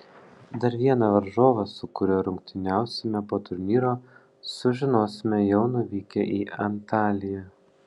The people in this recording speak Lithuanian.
dar vieną varžovą su kuriuo rungtyniausime po turnyro sužinosime jau nuvykę į antaliją